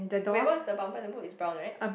wait what's the bummer the book is brown right